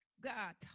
God